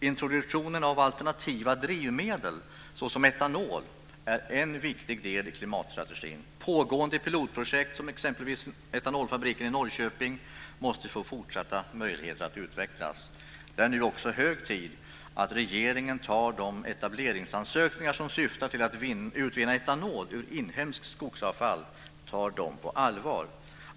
Introduktionen av alternativa drivmedel såsom etanol är en viktig del av klimatstrategin. Pågående pilotprojekt, som exempelvis etanolfabriken i Norrköping, måste få fortsatta möjligheter att utvecklas. Det är nu också hög tid att regeringen tar de etableringsansökningar som syftar till att utvinna etanol ur inhemskt skogsavfall på allvar.